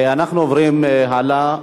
אנחנו עוברים הלאה.